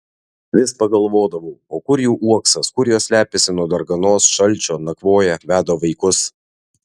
vis pagalvodavau o kur jų uoksas kur jos slepiasi nuo darganos šalčio nakvoja veda vaikus